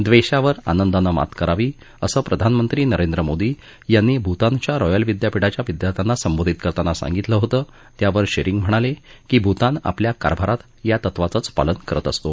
द्वेषावर आनंदानं मात करावी असं प्रधानमंत्री नरेंद्र मोदी यांनी भूतानच्या रॉयल विद्यापीठाच्या विद्यार्थ्यांना संबोधित करताना सांगितलं होतं त्यावर शेरिंग म्हणाले की भूतान आपल्या कारभारात या तत्वाचचं पालन करत असतो